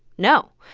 no.